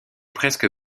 presque